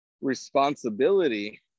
responsibility